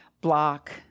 block